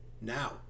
now